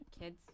kids